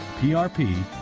PRP